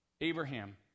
Abraham